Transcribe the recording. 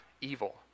evil